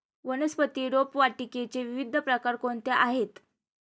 वनस्पती रोपवाटिकेचे विविध प्रकार कोणते आहेत?